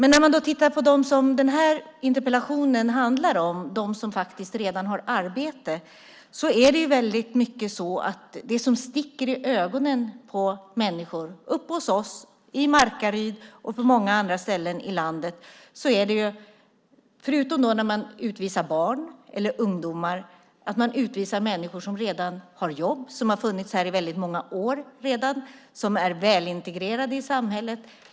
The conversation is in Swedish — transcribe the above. När man tittar på dem som interpellationen handlar om, på dem som redan har arbete, visar det sig att det som sticker i ögonen på människor i Norrland, i Markaryd och på många andra ställen i landet är att man, förutom att utvisa barn och ungdomar, också utvisar människor som har jobb, som funnits här i många år, som är välintegrerade i samhället.